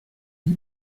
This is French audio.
guy